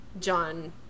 John